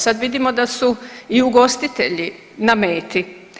Sad vidimo da su i ugostitelji na meti.